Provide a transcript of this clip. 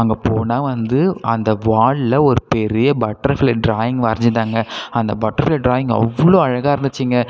அங்கே போனால் வந்து அந்த வாலில் ஒரு பெரிய பட்டர்ஃப்ளை ட்ராயிங் வரஞ்சிருந்தாங்க அந்த பட்டர்ஃப்ளை டிராயிங் அவ்வளோ அழகா இருந்துச்சுங்க